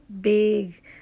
big